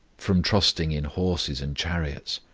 from trusting in horses and chariots,